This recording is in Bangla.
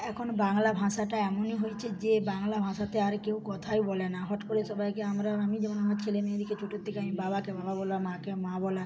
এখন বাংলা ভাষাটা এমনই হয়েছে যে বাংলা ভাষাতে আর কেউ কথাই বলে না হট করে সবাইকে আমরা আমি যেমন আমার ছেলে মেয়েদেরকে ছোটোর থেকে আমি বাবাকে বাবা বলা মাকে মা বলা